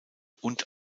und